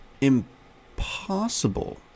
impossible